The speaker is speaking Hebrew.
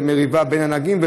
במריבה בין נהגים,